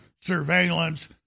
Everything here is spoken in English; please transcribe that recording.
surveillance